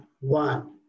one